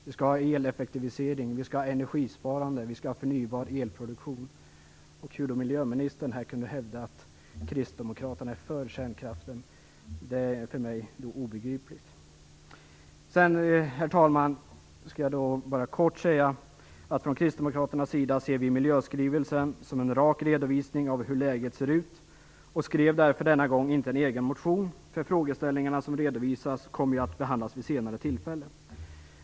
Vi skall ha eleffektivisering, energisparande och förnybar elproduktion. Hur miljöministern då kan hävda att kristdemokraterna är för kärnkraften, är för mig obegripligt. Sedan, herr talman, skall jag kort säga att vi kristdemokrater ser miljöskrivelsen som en rak redovisning av hur läget ser ut. Därför skrev vi denna gång inte en egen motion. Frågeställningarna som redovisas kommer ju att behandlas vid ett senare tillfälle.